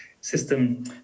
system